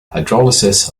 hydrolysis